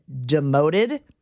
demoted